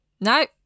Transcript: no